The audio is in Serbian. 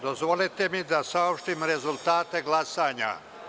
Dozvolite mi da saopštim rezultate glasanja.